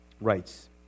writes